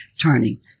turning